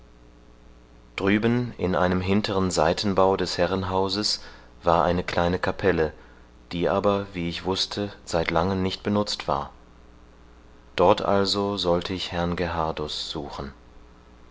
drüben in einem hinteren seitenbau des herrenhauses war eine kleine kapelle die aber wie ich wußte seit lange nicht benutzt war dort also sollte ich herrn gerhardus suchen